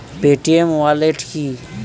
Paytm wallet কি?